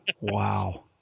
Wow